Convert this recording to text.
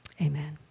amen